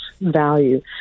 value